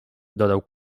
dodał